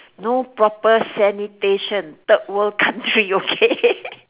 no proper sanitation third world country okay